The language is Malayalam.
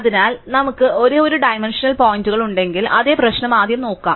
അതിനാൽ നമുക്ക് ഒരേ ഒരു ഡൈമൻഷണൽ പോയിന്റുകൾ ഉണ്ടെങ്കിൽ അതേ പ്രശ്നം ആദ്യം നോക്കാം